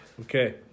Okay